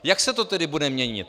Jak se to tedy bude měnit?